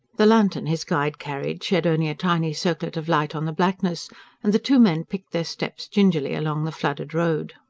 the lantern his guide carried shed only a tiny circlet of light on the blackness and the two men picked their steps gingerly along the flooded road.